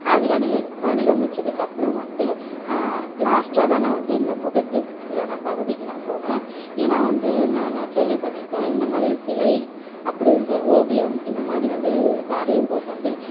அது வடிவ வடிவமைச்சதுக்கு அப்புறம் வந்து லாஸ்ட்டாக தான் நான் வந்து இந்த முகத்துக்கான பகுதிக்கு நான் போனேன் ஏன்னால் வந்து நான் நான் கேள்விபட்டிருக்கேன் இந்தமாதிரி சிலை அப்புறம் இந்த ஓவியம் இந்தமாதிரி வந்து வரையும்போது வந்து